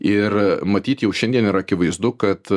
ir matyt jau šiandien yra akivaizdu kad